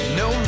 no